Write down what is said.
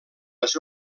les